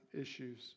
issues